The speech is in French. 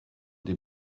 des